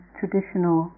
traditional